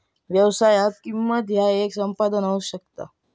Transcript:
व्यवसायात, किंमत ह्या येक संपादन असू शकता